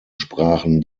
sprachen